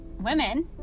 women